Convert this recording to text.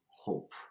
hope